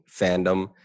fandom